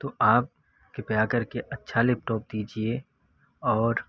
तो आप कृपया करके अच्छा लैपटॉप दीजिए और